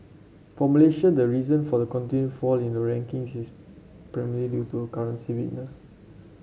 for Malaysia the reason for the continued fall in the rankings is primarily due to currency weakness